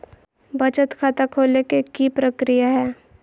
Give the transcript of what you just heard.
बचत खाता खोले के कि प्रक्रिया है?